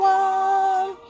one